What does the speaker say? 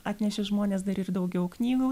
atnešė žmonės dar ir daugiau knygų